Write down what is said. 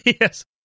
Yes